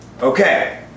Okay